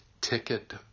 ticket